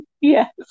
Yes